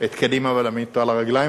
את קדימה ולהעמיד אותה על הרגליים,